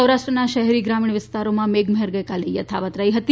સૌરાષ્ટ્રના શહેરી ગ્રામીણ વિસ્તારોમાં મેઘમહેર ગઇકાલે યથાવત રહી હતી